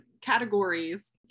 categories